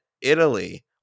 Italy